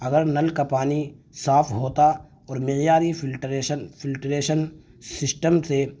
اگر نل کا پانی صاف ہوتا اور معیاری فلٹریشن فلٹریشن سسٹم سے